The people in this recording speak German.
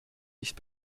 nicht